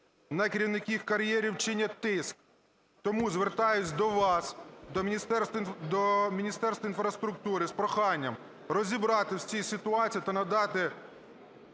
На керівників кар'єрів чинять тиск. Тому звертаюсь до вас, до Міністерства інфраструктури з проханням розібратись в цій ситуації та надати…